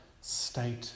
state